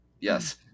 yes